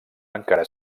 encara